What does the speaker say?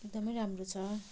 एकदमै राम्रो छ